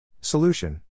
Solution